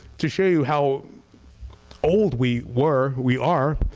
to show you how old we were we are,